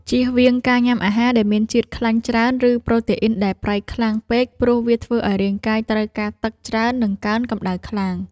ជៀសវាងការញ៉ាំអាហារដែលមានជាតិខ្លាញ់ច្រើនឬអាហារដែលប្រៃខ្លាំងពេកព្រោះវាធ្វើឱ្យរាងកាយត្រូវការទឹកច្រើននិងកើនកម្តៅខ្លាំង។